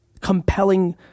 compelling